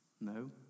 No